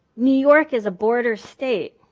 new york is a border state.